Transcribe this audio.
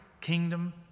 kingdom